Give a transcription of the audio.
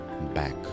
back